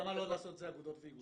למה לא לעשות את זה אגודות ואיגודים?